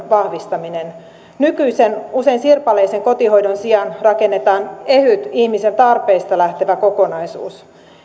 vahvistaminen nykyisen usein sirpaleisen kotihoidon sijaan rakennetaan ehyt ihmisen tarpeista lähtevä kokonaisuus